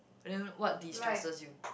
and then what destresses you